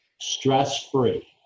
stress-free